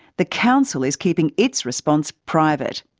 the council is keeping its response private.